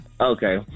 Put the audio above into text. Okay